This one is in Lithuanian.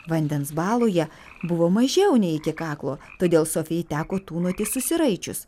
vandens baloje buvo mažiau nei iki kaklo todėl sofijai teko tūnoti susiraičius